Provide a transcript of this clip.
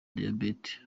diyabete